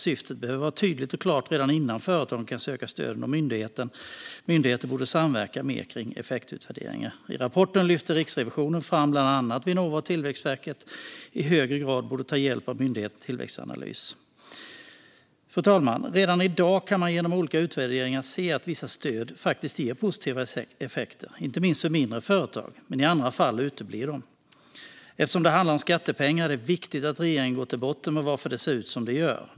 Syftet behöver vara tydligt och klart redan innan företagen kan söka stöden, och myndigheter borde samverka mer när det gäller effektutvärderingar. I rapporten lyfter Riksrevisionen fram att bland annat Vinnova och Tillväxtverket i högre grad borde ta hjälp av myndigheten Tillväxtanalys. Fru talman! Redan i dag kan man genom olika utvärderingar se att vissa stöd ger positiva effekter, inte minst för mindre företag. Men i andra fall uteblir effekterna. Eftersom det handlar om skattepengar är det viktigt att regeringen går till botten med varför det ser ut som det gör.